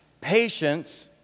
patience